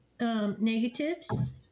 Negatives